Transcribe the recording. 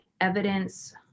evidence